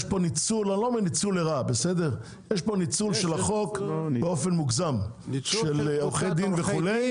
יש פה ניצול של החוק באופן מוגזם על ידי עורכי דין וכו'.